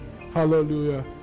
Hallelujah